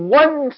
one